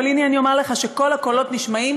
אבל הנה אני אומר לך שכל הקולות נשמעים